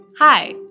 Hi